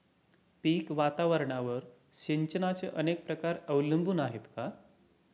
पीक वातावरणावर सिंचनाचे अनेक प्रकार अवलंबून आहेत का?